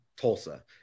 Tulsa